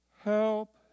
Help